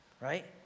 Right